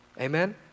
Amen